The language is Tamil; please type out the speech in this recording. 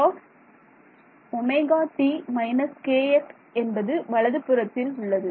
ஆகையால் E ejwt−kx என்பது வலது புறத்தில் உள்ளது